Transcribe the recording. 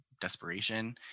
desperation